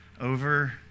over